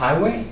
highway